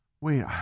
Wait